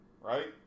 Right